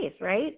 right